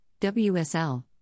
WSL